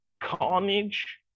Carnage